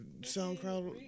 SoundCloud